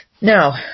Now